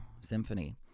Symphony